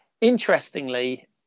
interestingly